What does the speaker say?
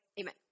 Amen